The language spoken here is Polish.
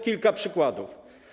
Kilka przykładów.